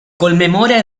conmemora